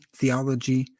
theology